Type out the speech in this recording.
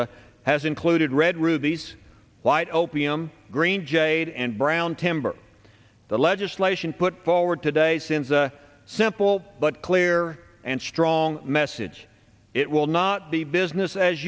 a has included red rubies white opium green jade and brown timber the legislation put forward today since a simple but clear and strong message it will not be business as